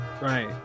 Right